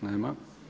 Nema.